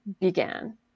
began